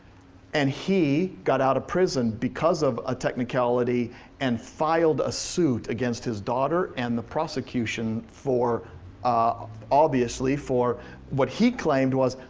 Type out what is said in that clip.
and he got out of prison because of a technicality and filed a suit against his daughter and the prosecution for obviously, for what he claimed was,